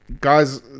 guys